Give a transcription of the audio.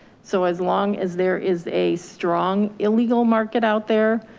so as long as there is a strong illegal market out there,